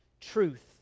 truth